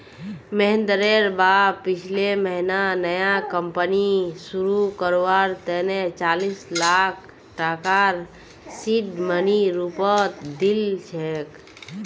महेंद्रेर बाप पिछले महीना नया कंपनी शुरू करवार तने चालीस लाख टकार सीड मनीर रूपत दिल छेक